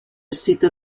cita